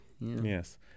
Yes